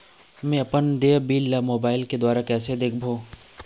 म अपन देय बिल ला मोबाइल के द्वारा कैसे म देखबो?